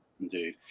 indeed